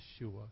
Yeshua